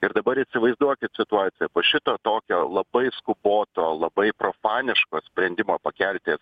ir dabar įsivaizduokit situaciją po šito tokio labai skuboto labai profaniško sprendimo pakelti